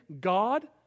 God